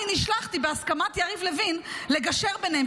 אני נשלחתי בהסכמה יריב לוין לגשר ביניהם.